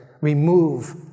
Remove